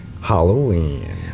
Halloween